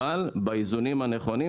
אבל באיזונים הנכונים,